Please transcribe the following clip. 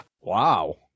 Wow